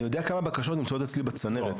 אני יודע כמה בקשות נמצאות אצלי בצנרת.